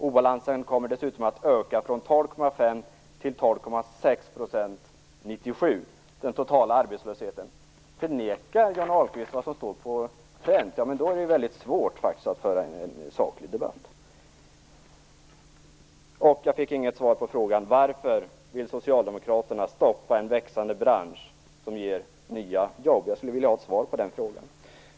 Obalansen kommer dessutom att öka från 12,5 % till Förnekar Johnny Ahlqvist vad som finns på pränt? I så fall är det svårt att föra en saklig debatt. Jag fick inget svar på frågan om varför socialdemokraterna stoppar en växande bransch som ger nya jobb. Jag skulle vilja ha ett svar på den frågan.